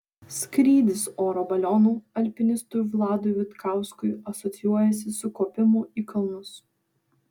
skrydis oro balionu alpinistui vladui vitkauskui asocijuojasi su kopimu į kalnus